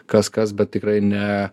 kas kas bet tikrai ne